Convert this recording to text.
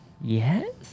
Yes